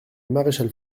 marechal